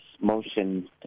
motion